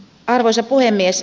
arvoisa puhemies